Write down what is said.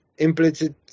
implicit